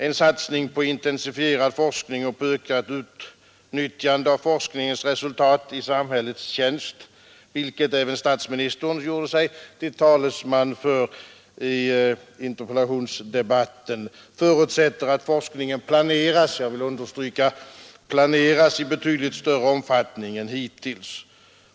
En satsning på intensifierad forskning och på ökat utnyttjande av forskningens resultat i samhällets tjänst, vilket även statsministern gjorde sig till talesman för i interpellationsdebatten, förutsätter att forskningen planeras — jag vill understryka ordet planeras — i betydligt större omfattning än hittills.